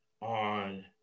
on